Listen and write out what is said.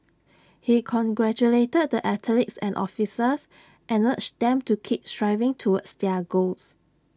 he congratulated the athletes and officials and urged them to keep striving towards their goals